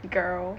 the girl